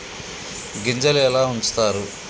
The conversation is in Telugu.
గింజలు ఎలా ఉంచుతారు?